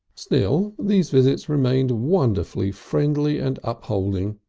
still these visits remained wonderfully friendly and upholding.